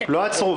לא עצרו,